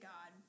God